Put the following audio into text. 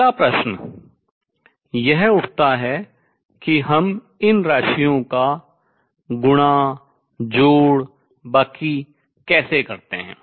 अगला प्रश्न यह उठता है कि हम इन राशियों का गुणा जोड़ बाकी कैसे करते हैं